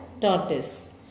tortoise